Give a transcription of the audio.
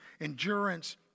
endurance